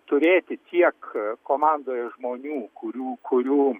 turėti tiek komandoje žmonių kurių kurių